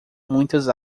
muitas